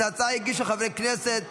את ההצעה הגישו חברי הכנסת